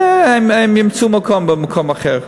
הם ימצאו מקום במקום אחר,